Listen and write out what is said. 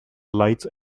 lights